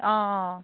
অঁ